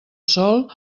sòl